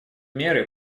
меры